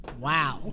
Wow